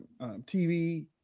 TV